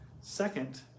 Second